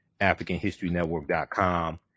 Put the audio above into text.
africanhistorynetwork.com